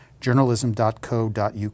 journalism.co.uk